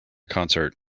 concert